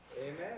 Amen